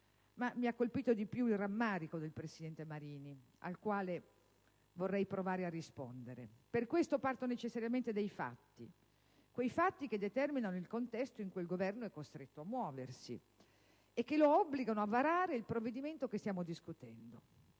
Mi ha colpito di più il rammarico del presidente Marini, al quale vorrei provare a rispondere. Per questo parto necessariamente dai fatti che determinano il contesto in cui il Governo è costretto a muoversi e che lo obbligano a varare il provvedimento che stiamo discutendo.